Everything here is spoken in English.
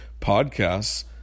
podcasts